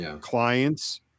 Clients